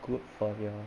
good for you